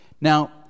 Now